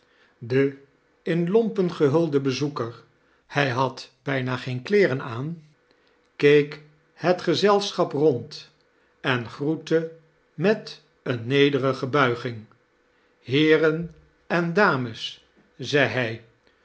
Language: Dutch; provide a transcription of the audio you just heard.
de in lompen gehulde bezoeker hij had bijna geeu kleeren aan keek het gezelschap nond en groette met een nederige buiging heeren en dames i zei hij